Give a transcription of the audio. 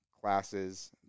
classes